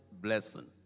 blessing